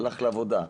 הלך לעבודה.